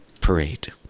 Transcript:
parade